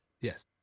Yes